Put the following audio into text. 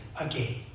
again